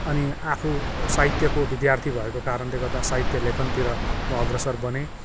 अनि आफु साहित्यको विद्यार्थी भएको कारणले गर्दा साहित्य लेखनतिर म अग्रसर बनेँ